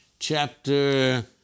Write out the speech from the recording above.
chapter